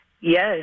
Yes